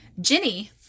Jenny